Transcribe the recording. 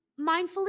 mindfully